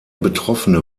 betroffene